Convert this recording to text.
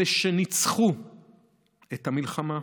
אלה שניצחו במלחמה.